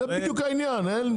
זה בדיוק העניין.